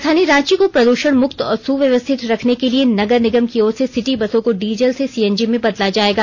राजधानी रांची को प्रदूषण मुक्त और सुव्यवस्थित रखने के लिए नगर निगम की ओर से सिटी बसों को डीजल से सीएनजी में बदला जायेगा